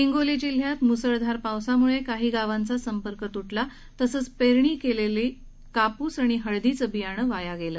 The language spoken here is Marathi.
हिंगोली जिल्ह्यात मुसळधार पावसामुळे काही गावांचा संपर्क तुटला तसंच पेरणी केलेलं कापूस आणि हळदीचं बियाणं वाया गेलं